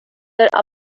leather